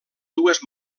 dues